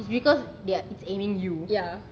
it's because there are it's aiming you